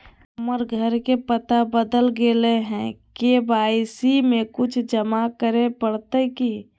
हमर घर के पता बदल गेलई हई, के.वाई.सी में कुछ जमा करे पड़तई की?